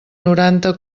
noranta